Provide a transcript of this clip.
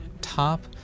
top